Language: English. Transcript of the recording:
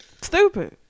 stupid